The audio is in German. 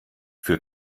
für